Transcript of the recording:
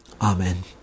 Amen